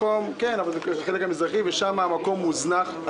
ושם המקום מוזנח.